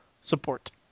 support